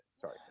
sorry